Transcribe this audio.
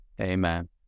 Amen